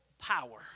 power